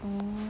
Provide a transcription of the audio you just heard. oh